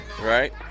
right